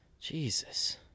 Jesus